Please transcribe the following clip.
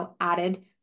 added